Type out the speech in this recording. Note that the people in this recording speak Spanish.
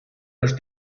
los